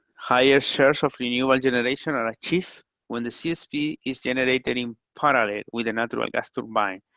higher shares of renewable generation are achieved when the csp is generated in parallel with a natural gas turbine,